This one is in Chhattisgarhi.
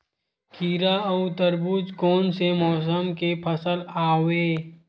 खीरा व तरबुज कोन से मौसम के फसल आवेय?